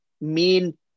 main